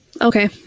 Okay